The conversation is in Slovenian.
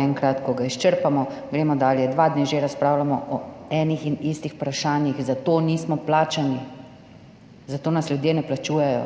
enkrat, ko ga izčrpamo, gremo dalje. Dva dni že razpravljamo o enih in istih vprašanjih. Za to nismo plačani. Za to nas ljudje ne plačujejo.